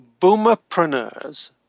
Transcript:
boomerpreneurs